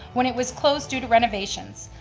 when it was closed due to renovations.